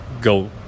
go